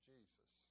Jesus